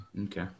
Okay